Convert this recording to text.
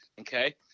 Okay